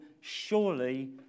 Surely